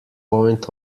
point